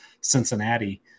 Cincinnati